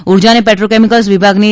ઊર્જા અને પેટ્રોકેમિકલ્સ વિભાગની